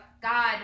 God